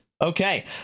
Okay